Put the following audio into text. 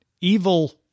evil